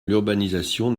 l’urbanisation